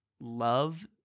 love